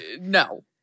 No